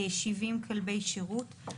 70 כלבי שירות.